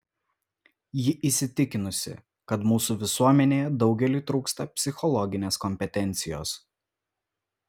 ji įsitikinusi kad mūsų visuomenėje daugeliui trūksta psichologinės kompetencijos